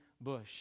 bush